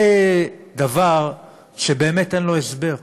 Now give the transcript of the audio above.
זה דבר שבאמת אין לו הסבר.